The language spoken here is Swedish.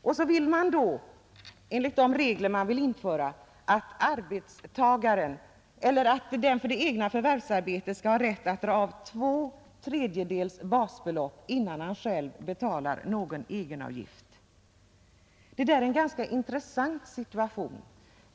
Nu önskar man, enligt de regler man vill införa, att arbetstagaren för det egna förvärvsarbetet skall ha rätt att dra av två tredjedels basbelopp innan han själv betalar någon egenavgift. Detta är en ganska intressant situation.